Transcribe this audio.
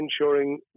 ensuring